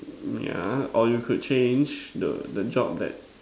yeah or you could change the the job that